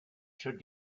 should